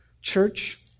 Church